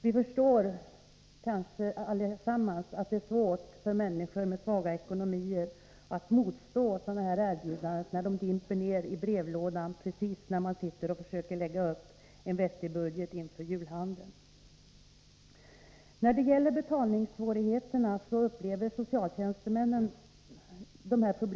Vi förstår kanske allesammans att det är svårt för människor med svag ekonomi att motstå sådana här erbjudanden, när de dimper ner i brevlådan precis när man försöker lägga upp en vettig budget inför julhandeln. Socialtjänstemännen upplever de problem som följer av betalningssvårigheterna.